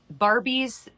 Barbies